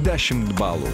dešimt balų